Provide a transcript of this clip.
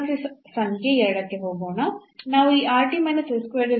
ಸಮಸ್ಯೆ ಸಂಖ್ಯೆ 2 ಕ್ಕೆ ಹೋಗೋಣ